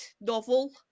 novel